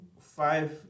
five